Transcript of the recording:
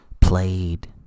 played